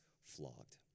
flogged